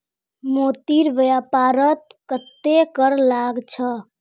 मोतीर व्यापारत कत्ते कर लाग छ